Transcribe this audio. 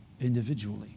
individually